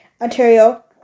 Ontario